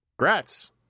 Grats